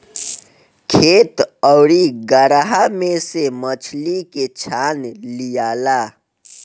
खेत आउरू गड़हा में से मछली के छान लियाला